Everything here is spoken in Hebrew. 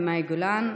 מאי גולן,